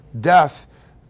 death